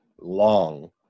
long